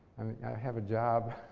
have a job.